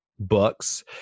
books